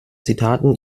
zitaten